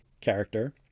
character